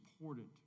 important